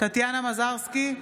טטיאנה מזרסקי,